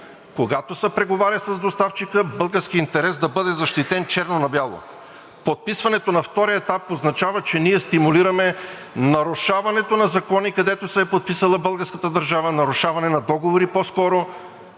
когато се преговаря с доставчика, българският интерес да бъде защитен черно на бяло. Подписването на втория етап означава, че ние стимулираме нарушаването на договори, където се е подписала българската държава, с всички произтичащи от